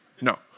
No